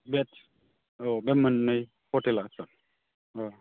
बे औ बे मोननै हथेला सार